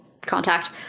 contact